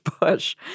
Bush